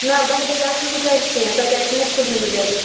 نہَ بَہِہ بَجہِ آسہٕ نہٕ بہٕ گَرِ کیٚنٛہہ تَتہِ آسہِ نہٕ اَسہِ کٕہٕنٛۍ گَرِ